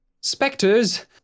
Spectres